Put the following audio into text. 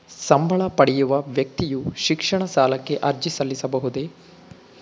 ಸಂಬಳ ಪಡೆಯುವ ವ್ಯಕ್ತಿಯು ಶಿಕ್ಷಣ ಸಾಲಕ್ಕೆ ಅರ್ಜಿ ಸಲ್ಲಿಸಬಹುದೇ?